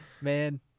man